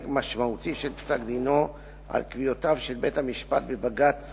משמעותי של פסק-דינו על קביעותיו של בית-המשפט בבג"ץ